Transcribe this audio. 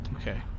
okay